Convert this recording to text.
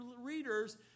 readers